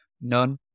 none